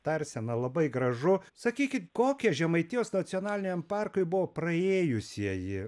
tarsena labai gražu sakykit kokie žemaitijos nacionaliniam parkui buvo praėjusieji